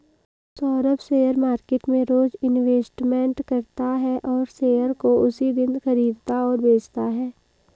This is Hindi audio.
सौरभ शेयर मार्केट में रोज इन्वेस्टमेंट करता है और शेयर को उसी दिन खरीदता और बेचता है